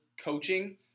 coaching